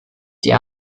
die